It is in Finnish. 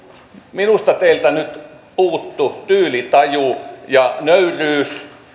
minusta teiltä nyt puuttui tyylitaju ja nöyryys